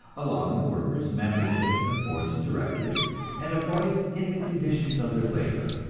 allowing the workers membership in the boards of directors and a voice in the conditions of their labor.